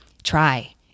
try